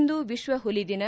ಇಂದು ವಿಶ್ವ ಹುಲಿ ದಿನ